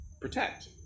protect